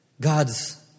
God's